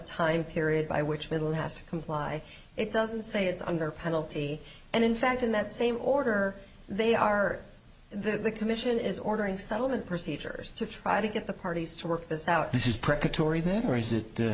time period by which middle has to comply it doesn't say it's under penalty and in fact in that same order they are the commission is ordering settlement procedures to try to get the parties to work this out this is pretty tory then or is it